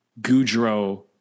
Goudreau